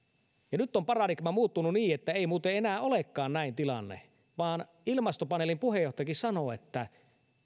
ja nyt on paradigma muuttunut niin että ei muuten enää olekaan näin tilanne vaan ilmastopaneelin puheenjohtajakin sanoo että